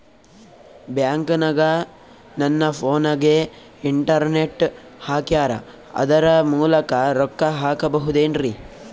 ಬ್ಯಾಂಕನಗ ನನ್ನ ಫೋನಗೆ ಇಂಟರ್ನೆಟ್ ಹಾಕ್ಯಾರ ಅದರ ಮೂಲಕ ರೊಕ್ಕ ಹಾಕಬಹುದೇನ್ರಿ?